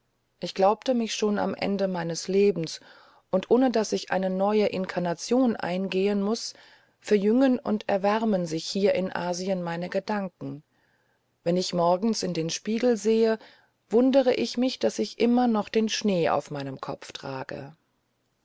ich glaubte mich schon am ende meines lebens und ohne daß ich eine neue inkarnation eingehen muß verjüngen und erwärmen sich hier in asien meine gedanken wenn ich morgens in den spiegel sehe wundere ich mich daß ich immer noch den schnee auf meinem kopf trage